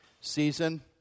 season